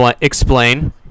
explain